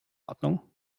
ordnung